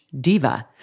diva